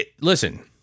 Listen-